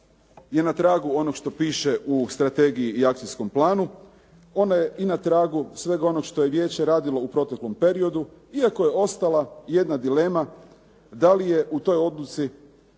je na tragu onom što piše u strategiji i akcijskom planu. Ona je i na tragu svega onog što je vijeće radilo u proteklom periodu iako je ostala jedna dilema da li je u toj odluci,